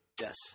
Yes